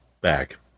back